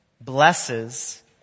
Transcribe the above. blesses